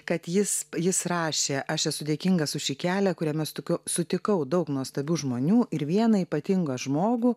kad jis jis rašė aš esu dėkingas už šį kelią kuriame sutika sutikau daug nuostabių žmonių ir vieną ypatingą žmogų